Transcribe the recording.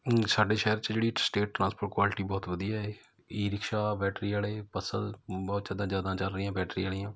ਸਾਡੇ ਸ਼ਹਿਰ 'ਚ ਜਿਹੜੀ ਸਟੇਟ ਟ੍ਰਾਂਸਪੋਰਟ ਕੁਆਲਿਟੀ ਬਹੁਤ ਵਧੀਆ ਏ ਈ ਰਿਕਸ਼ਾ ਬੈਟਰੀ ਵਾਲੇ ਬੱਸਾਂ ਬਹੁਤ ਜ਼ਿਆਦਾ ਜ਼ਿਆਦਾ ਚੱਲ ਰਹੀਆਂ ਬੈਟਰੀ ਵਾਲੀਆਂ